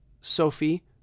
Sophie